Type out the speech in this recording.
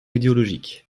idéologique